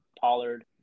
Pollard